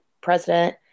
president